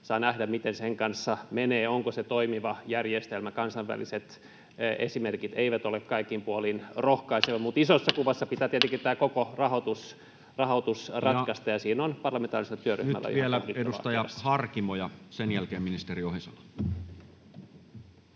Saa nähdä, miten sen kanssa menee, onko se toimiva järjestelmä. Kansainväliset esimerkit eivät ole kaikin puolin rohkaisevia. Isossa kuvassa pitää tietenkin tämä koko rahoitus ratkaista, ja siinä on parlamentaarisella työryhmällä vielä pohdittavaa edessä.